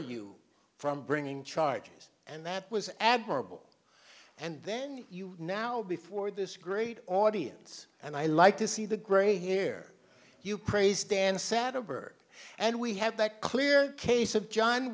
deter you from bringing charges and that was admirable and then you now before this great audience and i like to see the great hear you praise stand sad over and we had that clear case of john